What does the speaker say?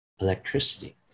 electricity